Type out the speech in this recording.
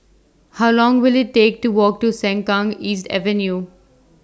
How Long Will IT Take to Walk to Sengkang East Avenue